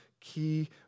key